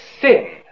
sin